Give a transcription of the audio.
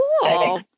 cool